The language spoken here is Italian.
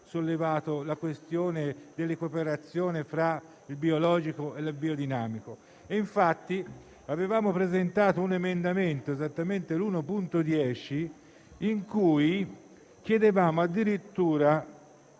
la questione dell'equiparazione fra il biologico e il biodinamico. Infatti avevamo presentato l'emendamento 1.10, con il quale chiedevamo addirittura